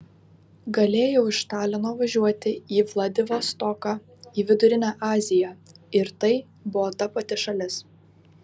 galėjau iš talino važiuoti į vladivostoką į vidurinę aziją ir tai buvo ta pati šalis